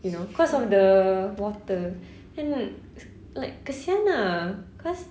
you know cause of the water and then s~ like kasihan lah cause